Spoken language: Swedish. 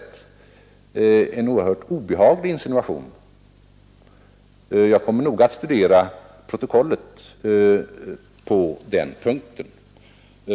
Det är en oerhört obehaglig insinuation. Jag kommer att närmare studera protokollet på den punkten.